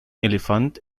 elefant